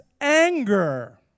anger